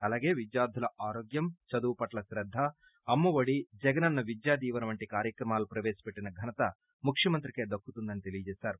అలాగే వేద్యార్ధుల ఆరోగ్యం చదువు పట్ల శ్రద్ద అమ్మ ఒడి జగనన్న విద్యా దీవెన వంటి కార్యక్రమాలు ప్రవేశ పెట్టిన ఘనత ముఖ్యమంత్రికే దక్కుతుందని తెలియచేశారు